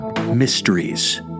Mysteries